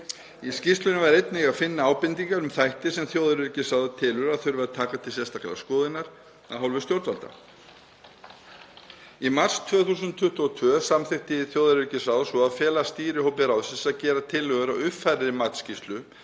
Í skýrslunni var einnig að finna ábendingar um þætti sem þjóðaröryggisráð telur að þurfi að taka til sérstakrar skoðunar af hálfu stjórnvalda. Í mars 2022 samþykkti þjóðaröryggisráð svo að fela stýrihópi ráðsins að gera tillögur að uppfærðri matsskýrslu